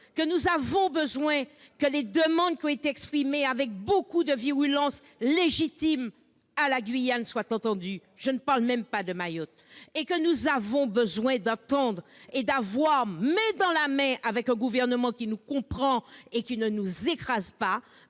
Nous avons besoin que les demandes qui ont été exprimées en Guyane avec une grande et légitime virulence soient entendues. Je ne parle même pas de Mayotte. Oui, nous avons besoin d'attendre et d'avoir, main dans la main avec un gouvernement qui nous comprend et ne nous écrase pas,